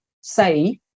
say